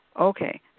Okay